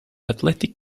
athletic